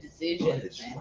decisions